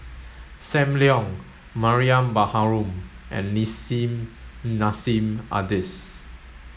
Sam Leong Mariam Baharom and Nissim Nassim Adis